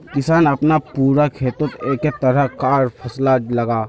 किसान अपना पूरा खेतोत एके तरह कार फासला लगाः